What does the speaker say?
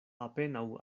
apenaŭ